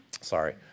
Sorry